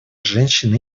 женщин